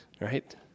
right